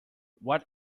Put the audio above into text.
what